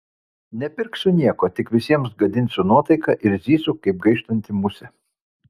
nepirksiu nieko tik visiems gadinsiu nuotaiką ir zysiu kaip gaištanti musė